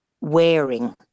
wearing